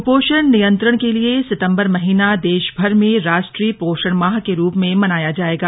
कपोषण नियंत्रण के लिये सितंबर महीना देशमर में राष्ट्रीय पोषण माह के रूप में मनाया जाएगा